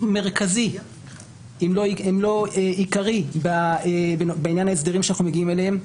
מרכזי אם לא עיקרי בעניין ההסדרים שאנחנו מגיעים אליהם,